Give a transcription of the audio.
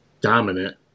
dominant